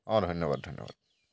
অঁ ধন্যবাদ ধন্যবাদ